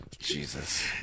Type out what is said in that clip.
Jesus